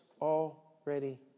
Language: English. already